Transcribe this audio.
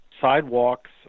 sidewalks